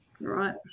right